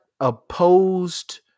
opposed